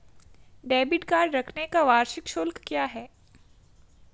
Debit card रखने का वार्षिक शुल्क क्या है?